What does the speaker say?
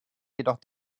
jedoch